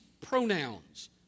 pronouns